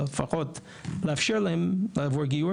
לפחות לאפשר להם לעבור גיור.